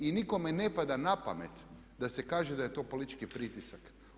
I nikome ne pada na pamet da se kaže da je to politički pritisak.